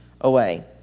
away